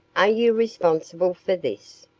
are you responsible for this?